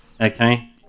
Okay